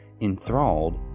Enthralled